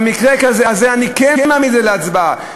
אבל במקרה הזה אני כן אעמיד את זה להצבעה,